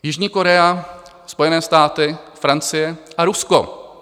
Jižní Korea, Spojené státy, Francie a Rusko.